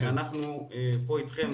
אנחנו פה אתכם,